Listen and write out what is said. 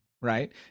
right